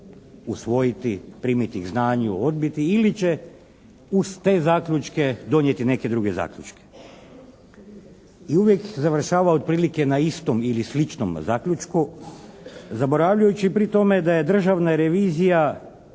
usvojiti, primiti k znanju, odbiti ili će uz te zaključke donijeti neke druge zaključke. I uvijek završava otprilike na istom ili sličnom zaključku zaboravljajući pri tome da je Državna revizija